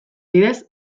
bidez